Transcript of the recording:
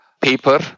paper